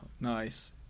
Nice